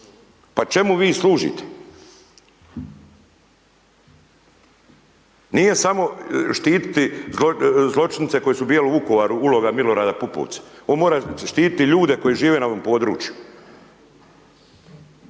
Pa čemu vi služite? Nije samo štiti zločince koji su bili u Vukovaru uloga Milorada Pupovca, on mora štiti ljude koji žive na ovom području.